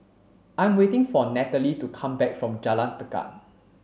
I'm waiting for Nataly to come back from Jalan Tekad